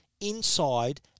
inside